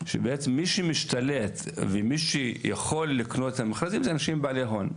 שבעצם מי שמשתלט ומי שיכול לקנות את המכרזים אלו אנשים בעלי הון.